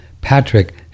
Patrick